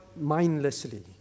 mindlessly